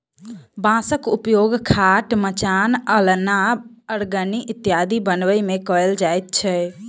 बाँसक उपयोग खाट, मचान, अलना, अरगनी इत्यादि बनबै मे कयल जाइत छै